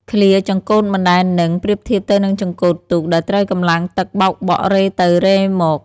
ឃ្លា «ចង្កូតមិនដែលនឹង» ប្រៀបធៀបទៅនឹងចង្កូតទូកដែលត្រូវកម្លាំងទឹកបោកបក់រេទៅរេមក។